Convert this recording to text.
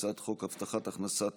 הצעת חוק הבטחת הכנסה (תיקון,